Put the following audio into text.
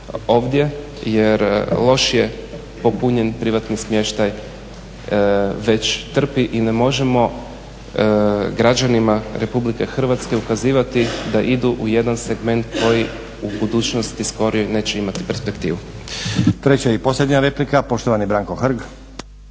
ovdje jer lošije popunjen privatni smještaj već trpi i ne možemo građanima RH ukazivati da idu u jedan segment koji u budućnosti skorijoj neće imati perspektivu. **Stazić, Nenad (SDP)** Treća i posljednja replika poštovani Branko Hrg.